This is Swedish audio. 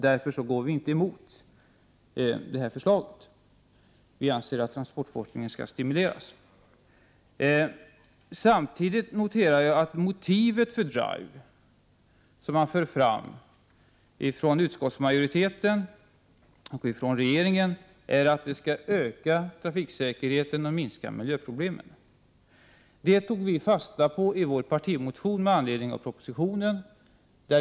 Därför går vi inte emot det här förslaget. Vi anser att transportforskningen skall stimuleras. Samtidigt noterar jag att regeringen och utskottsmajoriteten anför att motivet för DRIVE är att det skall öka trafiksäkerheten och minska miljöproblemen. Det tog vi fasta på i vår partimotion med anledning av propositionen.